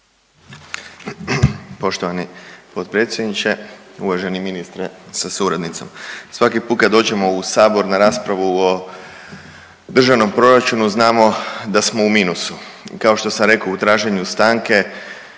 Poštovani potpredsjedniče, uvaženi ministre sa suradnicom, svaki put kad dođemo u sabor na raspravu o Državnom proračunu znamo da smo u minusu. Kao što sam rekao u traženju stanke,